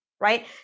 right